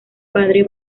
padre